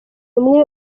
umwe